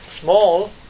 Small